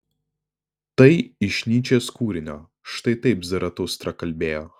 tai iš nyčės kūrinio štai taip zaratustra kalbėjo